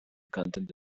content